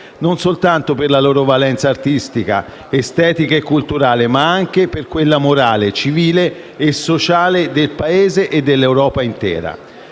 non soltanto per la loro valenza artistica, estetica e culturale, ma anche per quella morale, civile e sociale del Paese e dell'Europa intera.